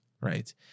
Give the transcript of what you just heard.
right